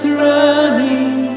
running